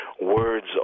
words